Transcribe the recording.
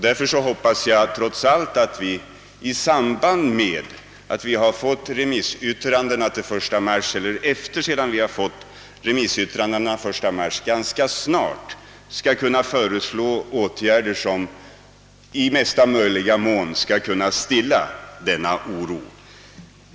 Därför hoppas jag trots allt att vi ganska snart efter det att remissyttrandena framlagts den 1 mars skall kunna föreslå åtgärder, som i mesta möjliga mån kan stilla denna oro.